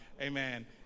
amen